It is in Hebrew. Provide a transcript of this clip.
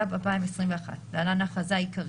התשפ"ב-2021 (להלן ההכרזה העיקרית),